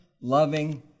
loving